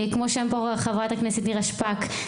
כמו שאמרה פה חברת הכנסת נירה שפק,